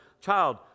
child